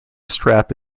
strap